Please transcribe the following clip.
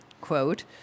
quote